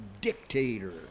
dictator